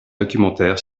documentaire